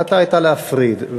ההחלטה הייתה להפריד.